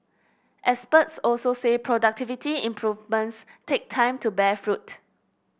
experts also say productivity improvements take time to bear fruit